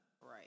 Right